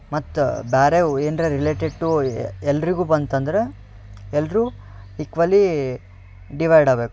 ಮತ್ತು ಬೇರೆ ಏನರ ರಿಲೇಟೆಡ್ ಟು ಎಲ್ಲರಿಗೂ ಬಂತಂದ್ರೆ ಎಲ್ಲರೂ ಇಕ್ವಲೀ ಡಿವೈಡ್ ಆಗ್ಬೇಕು